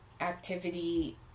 activity